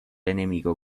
enemigo